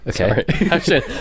Okay